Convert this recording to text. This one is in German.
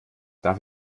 darf